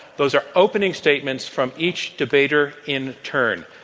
those are opening statements from each debater in turn.